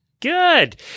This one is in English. Good